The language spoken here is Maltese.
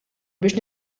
biex